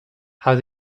how